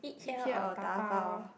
eat here or dabao